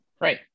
right